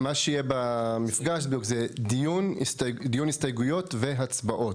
מה שיהיה במפגש זה דיון הסתייגויות והצבעות.